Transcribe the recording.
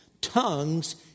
tongues